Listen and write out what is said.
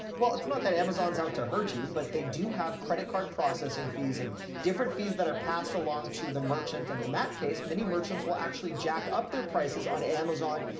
well, it's not that amazon's out to hurt you. but they do have credit card processing fees and different fees that are passed along to the merchant and in that case, many merchants will actually jack up their prices on amazon,